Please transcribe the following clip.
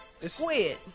Squid